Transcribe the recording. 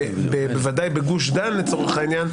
ודאי בגוש דן לצורך העניין,